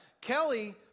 Kelly